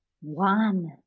one